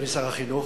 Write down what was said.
אדוני שר החינוך,